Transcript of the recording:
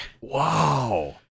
Wow